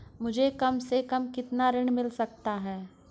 मुझे कम से कम कितना ऋण मिल सकता है?